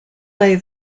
lay